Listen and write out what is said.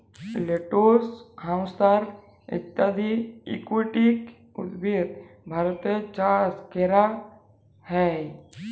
lettuce, হ্যাসান্থ ইত্যদি aquatic উদ্ভিদ ভারতে চাস ক্যরা হ্যয়ে